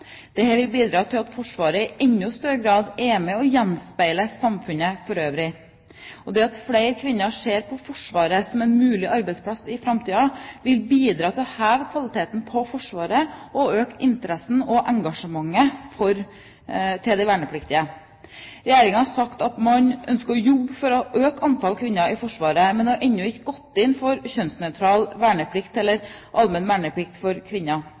vil bidra til at Forsvaret i enda større grad gjenspeiler samfunnet for øvrig. Og det at flere kvinner ser på Forsvaret som en mulig arbeidsplass i framtiden, vil bidra til å heve kvaliteten på Forsvaret og øke interessen og engasjementet til de vernepliktige. Regjeringen har sagt at man ønsker å jobbe for å øke antallet kvinner i Forsvaret, men har ennå ikke gått inn for allmenn verneplikt for kvinner. Personlig tror jeg dette er noe som vil komme på sikt. Kjønnsnøytral verneplikt